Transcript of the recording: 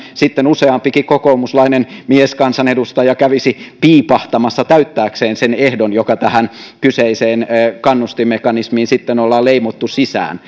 sitten useampikin kokoomuslainen mieskansanedustaja kävisi piipahtamassa täyttääkseen sen ehdon joka tähän kyseiseen kannustinmekanismiin ollaan leivottu sisään